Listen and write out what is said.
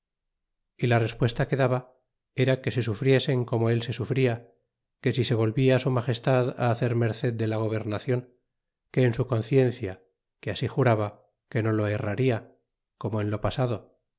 y la respuesta que daba era que se sufriesen como él se sufria que si le volvia su magestad hacer merced de la gobernacion que en su conciencia que así juraba que no lo errarla como en lo pasado